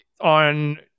on